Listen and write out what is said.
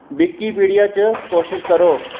Wikipedia च कोशिश करो